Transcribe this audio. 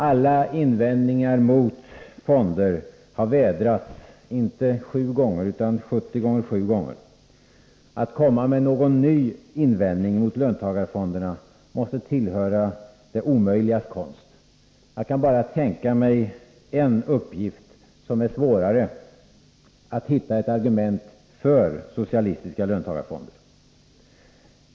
Alla invändningar mot fonder har vädrats, inte sju gånger, utan 70 gånger sju gånger. Att komma med någon ny invändning mot löntagarfonderna måste tillhöra det omöjligas konst. Jag kan bara tänka mig en uppgift som är svårare: att hitta ett argument för socialistiska löntagarfonder.